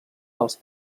dels